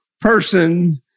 person